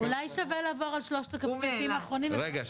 אולי שווה לעבור על שלושת השקפים האחרונים --- רגע,